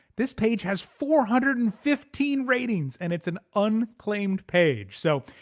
this page has four hundred and fifteen ratings and it's an unclaimed page, so,